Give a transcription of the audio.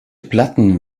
platten